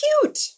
cute